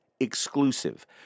exclusive